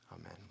Amen